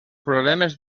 problemes